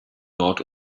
nord